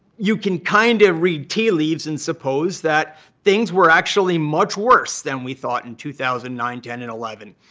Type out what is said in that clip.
you can kind of read tea leaves and suppose that things were actually much worse than we thought in two thousand and nine, ten, and eleven.